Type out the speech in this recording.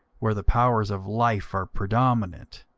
where the powers of life are predominant,